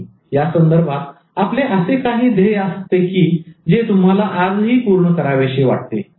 यासंदर्भात आपले असे काही ध्येय असतात की जे तुम्हाला आजही पूर्ण करावेसे वाटतात ठीक आहे